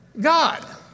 God